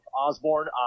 Osborne